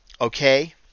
Okay